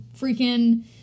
freaking